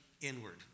inward